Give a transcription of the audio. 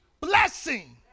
blessing